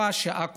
ויפה שעה קודם.